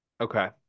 Okay